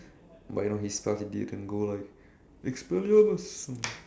but you know his spell didn't go like expelliarmus